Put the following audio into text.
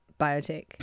biotech